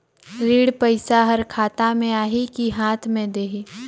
ऋण पइसा हर खाता मे आही की हाथ मे देही?